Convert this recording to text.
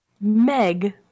Meg